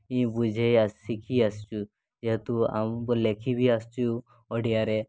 ବୁଝେଇ ଶିଖି ଆସିଛୁ ଯେହେତୁ ଆମ ଲେଖିବି ଆସୁଛୁ ଓଡ଼ିଆରେ